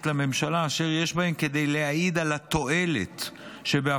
לממשלה אשר יש בהם כדי להעיד על התועלת שבהפעלת